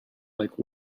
like